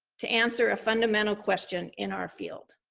to answer a fundamental question in our field.